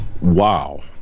Wow